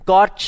God